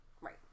Right